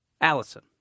Allison